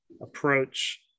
approach